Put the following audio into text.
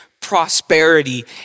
prosperity